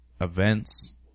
events